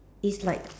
it's like